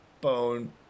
Bone